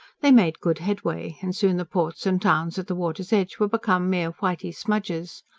they made good headway, and soon the ports and towns at the water's edge were become mere whitey smudges.